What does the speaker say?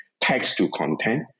text-to-content